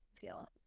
Feel